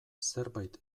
zerbait